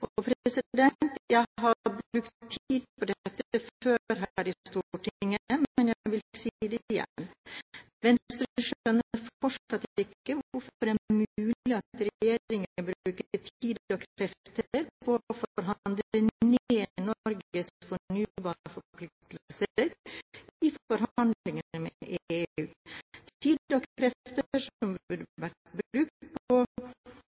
Jeg har brukt tid på dette før her i Stortinget, men jeg vil si det igjen: Venstre skjønner fortsatt ikke hvordan det er mulig at regjeringen bruker tid og krefter på å forhandle ned Norges fornybarforpliktelser i forhandlingene med EU,